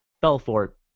Belfort